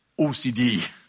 OCD